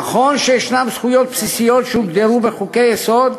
נכון שיש זכויות בסיסיות שהוגדרו בחוקי-יסוד,